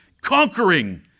conquering